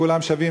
כולם שווים,